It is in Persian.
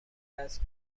دست